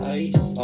ice